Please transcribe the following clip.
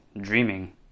dreaming